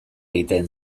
egiten